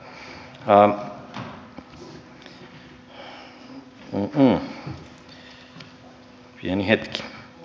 pieni hetki